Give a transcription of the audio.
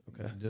Okay